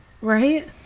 Right